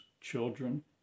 children